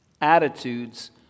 Attitudes